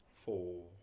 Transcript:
four